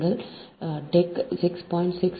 நீங்கள் டெக் 6